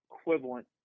equivalent